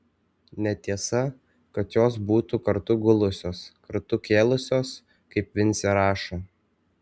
netiesa kad jos būtų kartu gulusios kartu kėlusios kaip vincė rašo